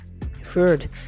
Third